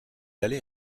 allait